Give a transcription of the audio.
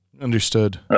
Understood